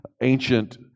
ancient